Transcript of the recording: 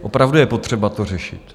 Opravdu je potřeba to řešit.